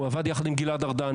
הוא עבד יחד עם גלעד ארדן.